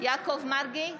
יעקב מרגי,